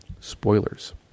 Spoilers